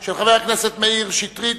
של חבר הכנסת מאיר שטרית,